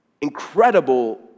incredible